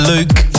Luke